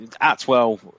Atwell